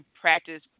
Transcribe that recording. practice